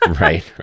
Right